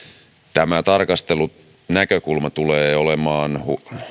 tämä tarkastelunäkökulma tulee olemaan